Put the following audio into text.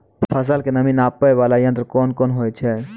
फसल के नमी नापैय वाला यंत्र कोन होय छै